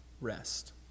rest